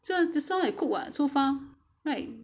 so just now I have cook [what] so far right